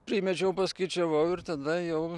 primečiau paskaičiavau ir tada jau